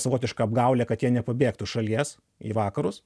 savotiška apgaulė kad jie nepabėgtų iš šalies į vakarus